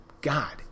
God